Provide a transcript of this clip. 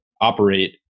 operate